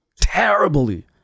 terribly